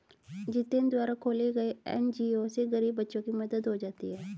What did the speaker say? जितेंद्र द्वारा खोले गये एन.जी.ओ से गरीब बच्चों की मदद हो जाती है